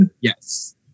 Yes